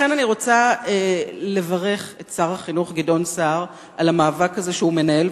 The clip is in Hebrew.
לכן אני רוצה לברך את שר החינוך גדעון סער על המאבק הזה שהוא מנהל,